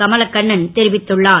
கமலகண்ணன் தெரிவித்துள்ளார்